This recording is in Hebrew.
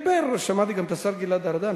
שמעתי גם את השר גלעד ארדן,